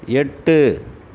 எட்டு